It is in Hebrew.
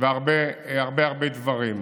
והרבה הרבה דברים.